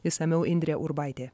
išsamiau indrė urbaitė